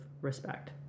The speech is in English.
respect